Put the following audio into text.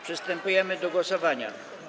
Przystępujemy do głosowania.